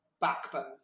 backbone